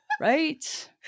right